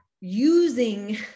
using